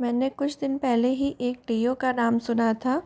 मैंने कुछ दिन पहले ही एक डिओ का नाम सुना था